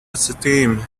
esteem